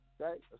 Okay